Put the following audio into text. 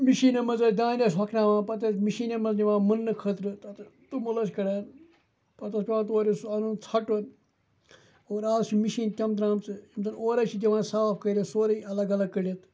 مِشیٖنو منٛز ٲسۍ دانہِ ٲسۍ ہۄکھناوان پَتہٕ ٲسۍ مِشیٖنو منٛز نِوان مٕننہٕ خٲطرٕ تَتھٕ توٚمُل ٲسۍ کَڑان پَتہٕ اوس پٮ۪وان تورٕ یِتھ سُہ اَنُن ژھٹُن اور اَز چھِ مِشیٖن تِم درٛامژٕ یِم زَن اورَے چھِ دِوان صاف کٔرِتھ سورُے الگ الگ کٔڑِتھ